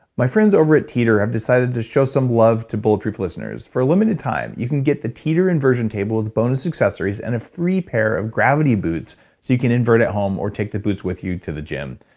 my friends over at teeter have decided to show some love to bulletproof listeners. for a limited time you can get the teeter inversion table with bonus accessories and a free pair of gravity boots so you can invert at home or take the boots with you to the gym.